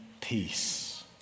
peace